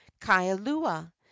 kailua